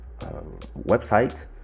website